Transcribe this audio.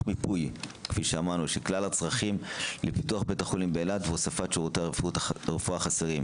מיפוי של כלל הצרכים לפיתוח בית החולים באילת והוספת שירותי הרפואה החסרים.